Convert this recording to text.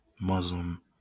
Muslim